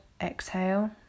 exhale